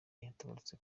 yaratabarutse